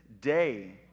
day